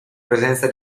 presenza